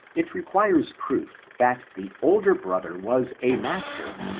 it requires proo that the older brother was a master,